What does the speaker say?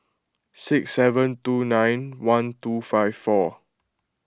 six seven two nine one two five four